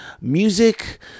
music